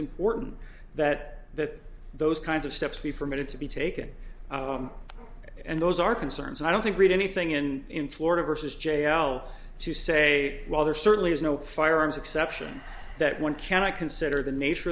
important that that those kinds of steps be fermented to be taken and those are concerns and i don't think read anything in in florida versus j l to say well there certainly is no firearms exception that one cannot consider the nature